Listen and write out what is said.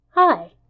Hi